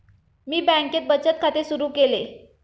मी बँकेत बचत खाते सुरु केले